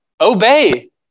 obey